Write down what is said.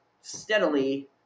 steadily